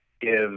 give